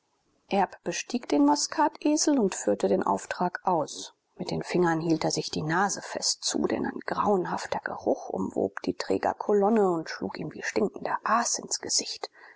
bestieg den maskatesel und fühlte den auftrag aus mit den fingern hielt er sich die nase fest zu denn ein grauenhafter geruch umwob die trägerkolonne und schlug ihm wie stinkendes aas ins gesicht